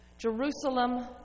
Jerusalem